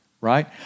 right